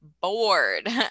bored